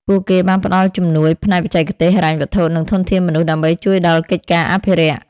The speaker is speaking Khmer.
ពួកគេបានផ្តល់ជំនួយផ្នែកបច្ចេកទេស ហិរញ្ញវត្ថុ និងធនធានមនុស្សដើម្បីជួយដល់កិច្ចការអភិរក្ស។